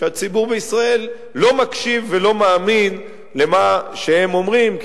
שהציבור בישראל לא מקשיב ולא מאמין למה שהם אומרים,